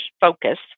focus